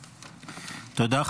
תודה.